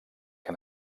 que